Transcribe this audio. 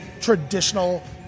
traditional